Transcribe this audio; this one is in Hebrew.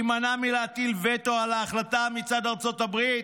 להימנע מלהטיל וטו על ההחלטה מצידה של ארצות הברית,